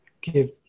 give